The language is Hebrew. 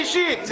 אתה אישית.